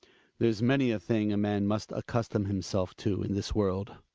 there's many a thing a man must accustom himself to in this world.